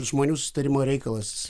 žmonių susitarimo reikalas